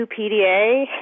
PDA